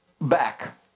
back